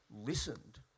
listened